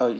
uh